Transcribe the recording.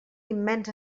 immens